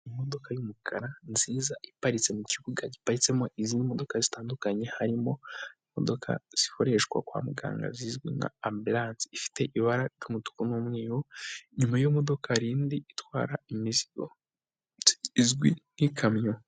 Imodoka y'umukara nziza iparitse mu kibuga giparitsemo izindi modoka zitandukanye, harimo imodoka zikoreshwa kwa muganga zizwi nka ambilanse ifite ibara ry'umutuku n'umweru. Inyuma y'iyo modoka hari indi itwara imizigo izwi nk'ikamyo.